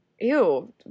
Ew